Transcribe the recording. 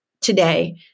today